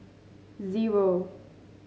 zero